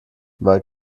weil